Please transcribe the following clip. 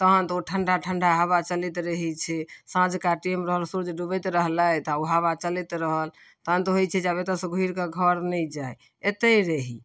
तहन तऽ ओ ठण्डा ठण्डा हवा चलैत रहै छै सँझुका टाइम रहल सूर्य डुबैत रहलथि आओर ओ हवा चलैत रहल तहन तऽ होइ छै जे आब एतऽसँ घुरिकऽ घर नहि जाइ एत्तहि रही